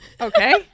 Okay